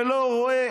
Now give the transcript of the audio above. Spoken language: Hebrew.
שלא רואה,